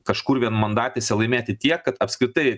kažkur vienmandatėse laimėti tiek kad apskritai